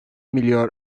milyar